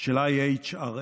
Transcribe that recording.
של IHRA